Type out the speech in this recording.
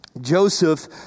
Joseph